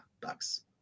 bucks